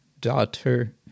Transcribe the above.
daughter